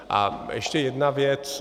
A ještě jedna věc.